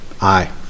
Aye